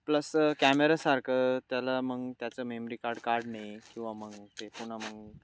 plus कॅमेऱ्यासारखं त्याला मग त्याचं मेमरी कार्ड कार्ड नाही किंवा मग ते पुन्हा मग